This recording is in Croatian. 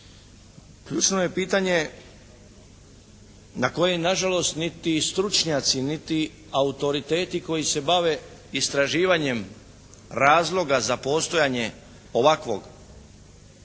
Ključno je pitanje na koje nažalost niti stručnjaci niti autoriteti koji se bave istraživanjem razloga za postojanje ovakvog